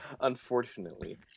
Unfortunately